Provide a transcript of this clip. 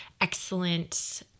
excellent